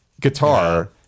guitar